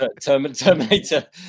Terminator